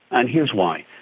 and here's why.